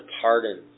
pardons